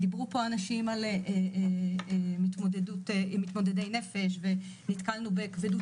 דיברו פה אנשים על מתמודדי נפש ונתקלנו בכבדות